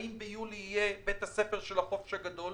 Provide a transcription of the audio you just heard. האם ביולי יהיה בית הספר של החופש הגדול?